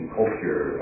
culture